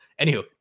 anywho